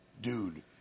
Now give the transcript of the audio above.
Dude